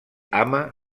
ama